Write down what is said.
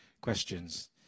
questions